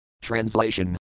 Translation